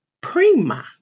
prima